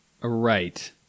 right